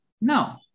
No